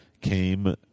came